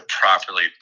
properly